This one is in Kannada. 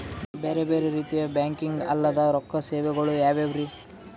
ಬೇರೆ ಬೇರೆ ರೀತಿಯ ಬ್ಯಾಂಕಿಂಗ್ ಅಲ್ಲದ ರೊಕ್ಕ ಸೇವೆಗಳು ಯಾವ್ಯಾವ್ರಿ?